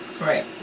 Right